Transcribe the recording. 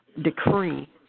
decree